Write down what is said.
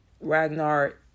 Ragnar